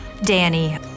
Danny